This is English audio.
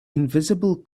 invisible